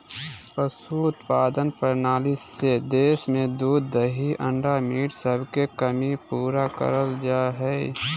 पशुधन उत्पादन प्रणाली से देश में दूध दही अंडा मीट सबके कमी पूरा करल जा हई